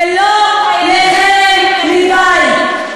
ולא לחרם מבית,